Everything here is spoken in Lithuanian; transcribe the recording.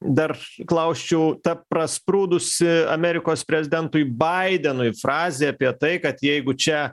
dar klausčiau ta prasprūdusi amerikos prezidentui baidenui frazė apie tai kad jeigu čia